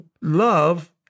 love